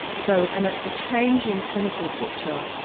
so and ah a changing clinical picture,